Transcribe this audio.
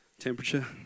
Temperature